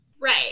Right